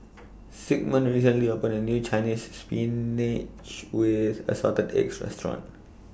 Sigmund recently opened A New Chinese Spinach with Assorted Eggs Restaurant